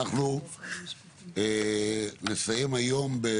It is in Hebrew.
אנחנו נסיים היום את